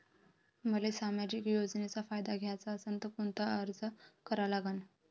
मले सामाजिक योजनेचा फायदा घ्याचा असन त कोनता अर्ज करा लागन?